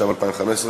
התשע"ו 2015,